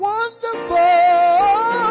Wonderful